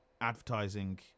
advertising